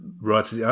Right